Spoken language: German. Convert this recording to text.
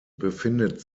befindet